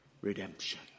redemption